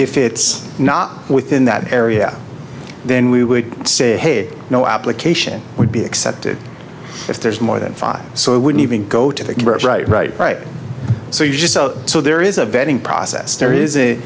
if it's not within that area then we would say hey no application would be accepted if there's more than five so it wouldn't even go to the right right right so you just so there is a vetting process there is a